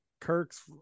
Kirk's